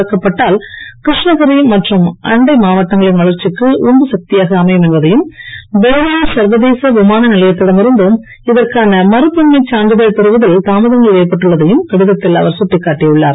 தொடக்கப்பட்டால் கிருஷ்ணகிரி மற்றும் அண்டை மாவட்டங்களில் வளர்ச்சிக்கு உந்து சக்தியாக அமையும் என்பதையும் பெங்களூர் சர்வதேச விமான நிலையத்திடம் இருந்து இதற்கான மறுப்பின்மை சான்றிதழ் பெறுவதில் தாமதங்கள் ஏற்பட்டுள்ளதையும் கடிதத்தில் அவர் கட்டிக்காட்டி உள்ளார்